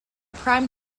prime